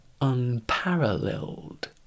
unparalleled